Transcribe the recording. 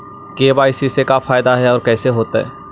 KYC से का फायदा है और कैसे होतै?